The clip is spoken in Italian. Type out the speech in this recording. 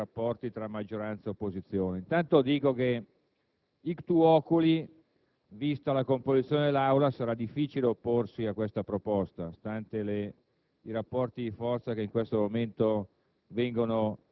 ma poi anche di natura formale legata, invece, ai rapporti tra maggioranza e opposizione. Intanto dico che *ictu* *oculi*, vista la composizione dell'Aula, sarà difficile opporsi a questa proposta, stante i